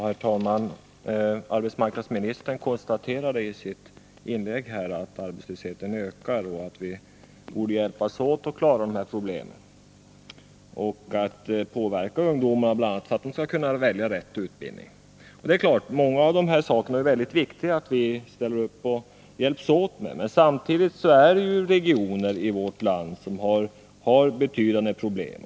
Herr talman! Arbetsmarknadsministern konstaterade i sitt inlägg att arbetslösheten ökar och att vi borde hjälpas åt att klara problemen, att påverka ungdomar, bl.a. för att de skall kunna välja rätt utbildning. För många av de här sakerna gäller att det är viktigt att vi ställer upp och hjälps åt. Men samtidigt finns regioner i vårt land som har betydande problem.